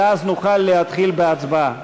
ואז נוכל להתחיל בהצבעה.